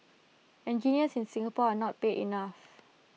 engineers in Singapore are not paid enough